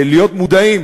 להיות מודעים,